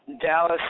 Dallas